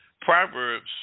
Proverbs